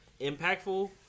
impactful